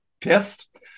pissed